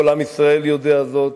כל עם ישראל יודע זאת.